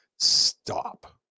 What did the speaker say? stop